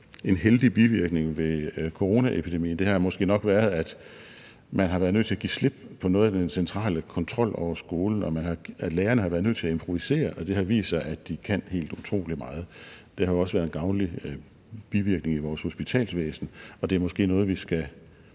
en heldig bivirkning ved coronaepidemien måske nok har været, at man har været nødt til at give slip på noget af den centrale kontrol over skolen, og at lærerne har været nødt til at improvisere, og det har vist sig, at de kan helt utrolig meget. Det har også været en gavnlig bivirkning i vores hospitalsvæsen. Og det er måske noget, vi skal